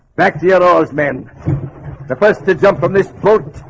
back to ah ah yours men the first to jump from this float,